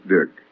Dick